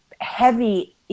heavy